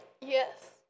Yes